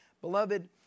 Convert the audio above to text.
Beloved